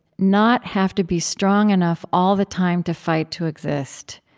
not have to be strong enough all the time to fight to exist,